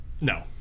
no